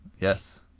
Yes